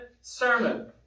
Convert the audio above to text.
sermon